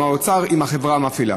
עם האוצר ועם החברה המפעילה.